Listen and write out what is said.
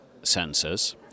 sensors